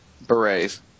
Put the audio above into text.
Berets